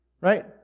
right